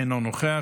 אינו נוכח,